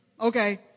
Okay